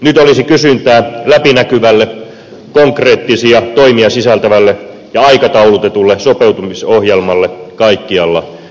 nyt olisi kysyntää läpinäkyvälle konkreettisia toimia sisältävälle ja aikataulutetulle sopeutumisohjelmalle kaikkialla euroopassa